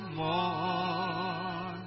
more